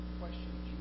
question